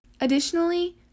Additionally